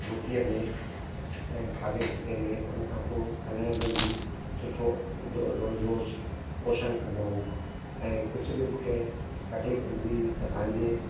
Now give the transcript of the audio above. रोटीअ में ऐं खाधे पीते में हुन खां पोइ हलण में बि सुठो दोड़दो हुअसि पोषण कंदो हुअमि ऐं कुझु बि मूंखे तकलीफ़ थींदी हुई त पंहिंजे